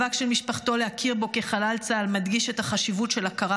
המאבק של משפחתו להכיר בו כחלל צה"ל מדגיש את החשיבות של הכרה